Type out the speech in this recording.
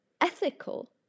ethical